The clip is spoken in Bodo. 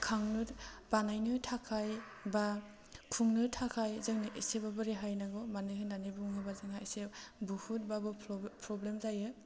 खांनो बानायनो थाखाय बा खुंनो थाखाय जोंनो एसेबाबो रेहाय नांगौ मानो होननानै बुङोबा जोंहा एसे बुहुतबाबो प्रब्लेम जायो